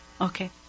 Okay